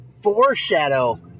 foreshadow